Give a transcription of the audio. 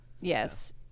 yes